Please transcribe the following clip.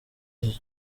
iyi